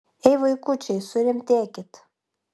ei vaikučiai surimtėkit